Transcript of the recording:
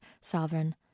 Sovereign